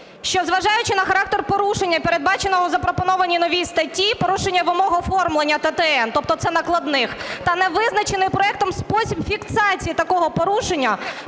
Дякую.